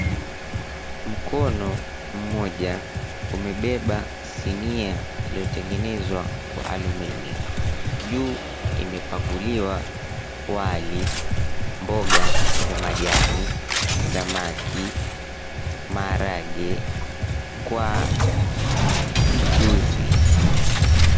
Mkono mmoja umebeba sinia iliyotengenezwa kwa alumini. Juu imepakuliwa wali, mboga za majani, samaki, maharagwe kwa mchuzi.